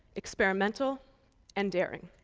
experimental and daring.